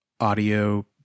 audio